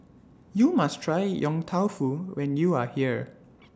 YOU must Try Yong Tau Foo when YOU Are here